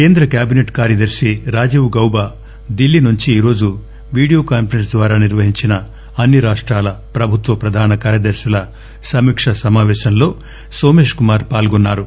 కేంద్ర కేబిసెట్ కార్యదర్ని రాజీవ్ గౌబా ఢిల్లీ నుంచి ఈ రోజు వీడియో కాన్నరెన్స్ ద్వారా నిర్వహించిన అన్ని రాష్టాల ప్రభుత్వ ప్రధాన కార్యదర్శుల సమీకా సమాపేశంలో నోమేశ్ కుమార్ పాల్గొన్నారు